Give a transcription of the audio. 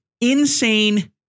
Insane